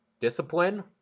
discipline